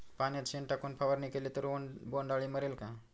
पाण्यात शेण टाकून फवारणी केली तर बोंडअळी मरेल का?